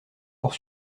pour